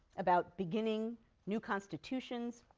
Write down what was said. about beginning new constitutions,